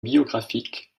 biographique